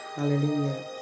Hallelujah